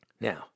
Now